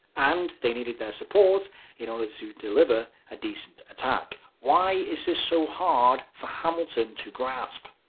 and they needed their support in order to deliver a decent attack. why is this so hard for hamilton to grasp?